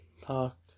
talk